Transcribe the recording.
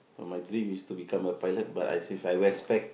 my dream is to become a pilot but I since I respect